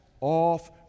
off